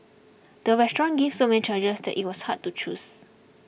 the restaurant gave so many choices that it was hard to choose